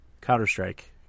Counter-Strike